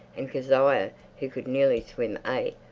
and kezia, who could nearly swim eight,